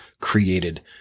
created